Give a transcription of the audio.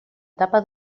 tapa